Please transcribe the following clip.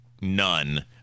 none